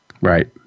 Right